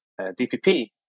DPP